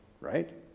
Right